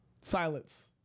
Silence